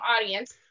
audience